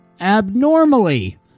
abnormally